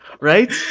Right